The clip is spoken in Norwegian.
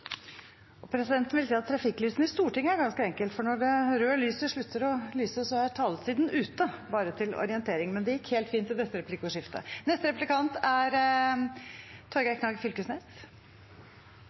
Presidenten vil si at trafikklyssystemet i Stortinget er ganske enkelt, for når det røde lyset slutter å lyse, er taletiden ute – bare til orientering. Men det gikk helt fint i dette replikkordskiftet. Denne gongen til saka. Når det gjeld trafikklyssystemet, er